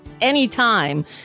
anytime